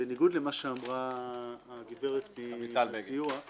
בניגוד למה שאמרה הגברת מהסיוע.